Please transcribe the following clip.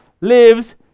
lives